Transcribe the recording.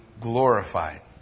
glorified